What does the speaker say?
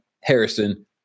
Harrison